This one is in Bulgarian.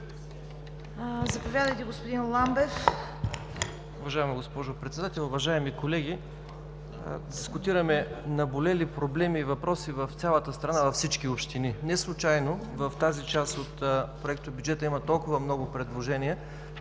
заповядайте, господин Ламбев.